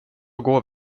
går